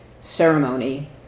ceremony